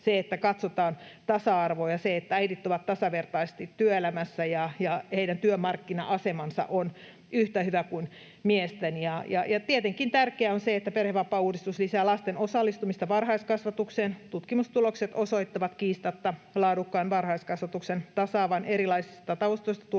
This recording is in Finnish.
etu, että katsotaan tasa-arvoa, ja se, että äidit ovat tasavertaisesti työelämässä ja heidän työmarkkina-asemansa on yhtä hyvä kuin miesten. Ja tietenkin tärkeää on se, että perhevapaauudistus lisää lasten osallistumista varhaiskasvatukseen. Tutkimustulokset osoittavat kiistatta laadukkaan varhaiskasvatuksen tasaavan erilaisista taustoista tulevien